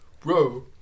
Bro